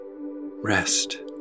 rest